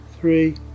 three